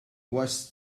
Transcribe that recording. was